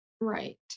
Right